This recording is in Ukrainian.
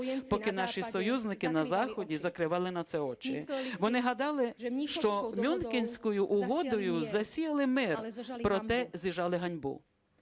поки наші союзники на Заході закривали на це очі. Вони гадали, що Мюнхенською угодою засіяли мир, проте зіжали ганьбу.